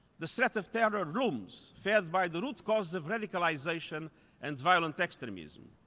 the threat of terror looms, fed by the root causes of radicalization and violent extremism.